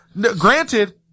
granted